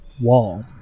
wall